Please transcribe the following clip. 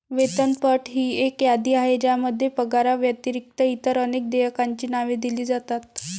वेतनपट ही एक यादी आहे ज्यामध्ये पगाराव्यतिरिक्त इतर अनेक देयकांची नावे दिली जातात